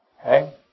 Okay